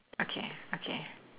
okay okay